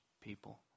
people